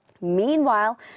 Meanwhile